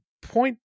point